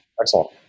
Excellent